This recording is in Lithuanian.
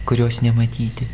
kurios nematyti